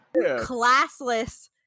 Classless